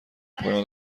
پایان